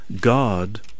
God